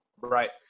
Right